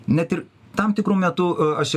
net ir tam tikru metu aš